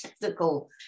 technical